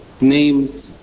names